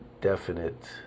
definite